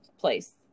place